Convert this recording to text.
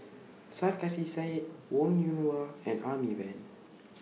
Sarkasi Said Wong Yoon Wah and Amy Van